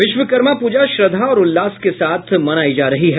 विश्वकर्मा पूजा श्रद्धा और उल्लास के साथ मनायी जा रही है